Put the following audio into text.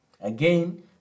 Again